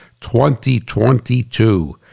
2022